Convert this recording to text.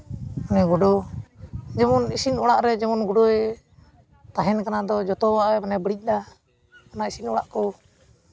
ᱱᱩᱭ ᱜᱩᱰᱩ ᱡᱮᱢᱚᱱ ᱤᱥᱤᱱ ᱚᱲᱟᱜ ᱨᱮ ᱡᱮᱢᱚᱱ ᱜᱩᱰᱩᱭ ᱛᱟᱦᱮᱱ ᱠᱟᱱᱟ ᱟᱫᱚ ᱢᱟᱱᱮ ᱡᱚᱛᱚᱣᱟᱜᱼᱬᱮ ᱵᱟᱹᱲᱤᱡᱫᱟ ᱚᱱᱟ ᱤᱥᱤᱱ ᱚᱲᱟᱜ ᱠᱚ